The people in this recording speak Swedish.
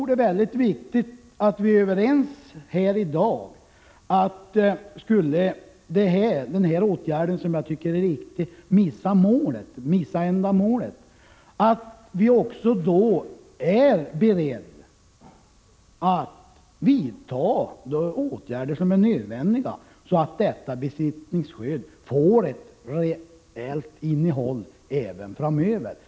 Det är viktigt att vi här i dag är överens om att för den händelse att detta ställningstagande, som jag tycker är riktigt, skulle missa målet är beredda att vidta de åtgärder som är nödvändiga för att besittningsskyddet skall få ett reellt innehåll även framöver.